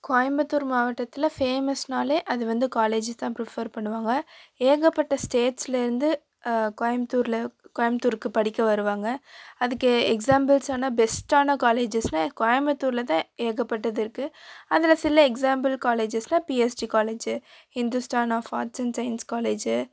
கோயம்புத்தூர் மாவட்டத்தில் ஃபேமஸ்னாலே அது வந்து காலேஜு தான் பிரிஃபெர் பண்ணுவாங்க ஏகப்பட்ட ஸ்டேட்ஸில் இருந்து கோயமுத்தூரில் கோயமுத்தூருக்கு படிக்க வருவாங்க அதுக்கு எக்ஸாம்பிள்ஸானால் பெஸ்ட்டான காலேஜஸ்னால் கோயமுத்தூரில் தான் ஏகப்பட்டது இருக்குது அதில் சில எக்ஸாம்பிள் காலேஜஸ்னால் P S G college Hindusthan of arts and science college